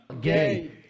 Gay